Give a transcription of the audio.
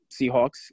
Seahawks